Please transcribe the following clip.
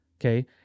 Okay